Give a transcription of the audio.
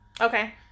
Okay